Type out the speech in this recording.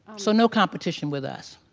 so no competition with us.